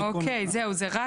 זה רק